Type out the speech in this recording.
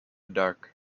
dark